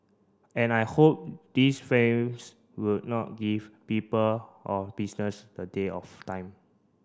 and I hope these friends will not give people or business the day of time